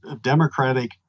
democratic